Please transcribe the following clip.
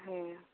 ᱦᱮᱸ